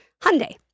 Hyundai